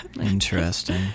Interesting